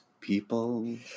people